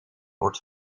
wordt